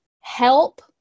help